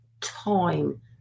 time